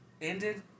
ended